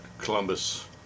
Columbus